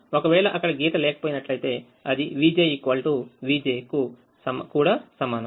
ఒకవేళ అక్కడ గీత లేకపోయినట్లయితే అది vjvj కు కూడా సమానం